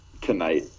tonight